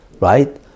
right